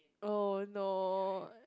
oh no